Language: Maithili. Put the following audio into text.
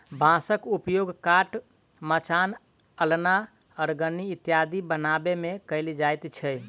बाँसक उपयोग खाट, मचान, अलना, अरगनी इत्यादि बनबै मे कयल जाइत छै